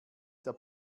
der